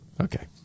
Okay